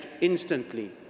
instantly